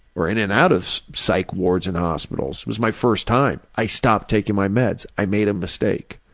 or in and out of psych wards and hospitals. it was my first time. i stopped taking my meds. i made a mistake.